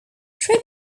trip